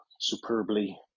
superbly